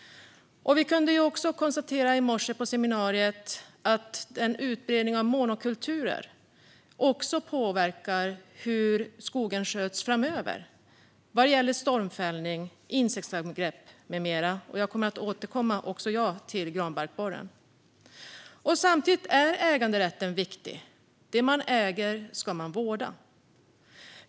På seminariet i morse kunde vi också konstatera att utbredningen av monokulturer även påverkar hur skogen sköts framöver vad gäller stormfällning, insektsangrepp med mera. Också jag kommer att återkomma till granbarkborren. Samtidigt är äganderätten viktig. Det man äger ska man vårda.